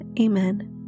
Amen